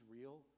real